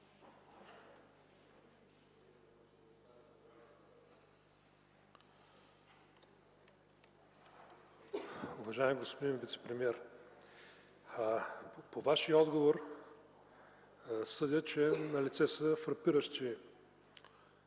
Уважаеми господин вицепремиер, от Вашия отговор съдя, че налице са фрапиращи